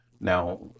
Now